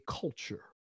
culture